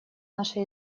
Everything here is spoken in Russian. наши